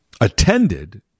attended